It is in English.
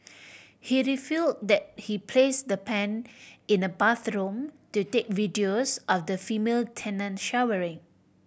he refill that he place the pen in the bathroom to take videos of the female tenant showering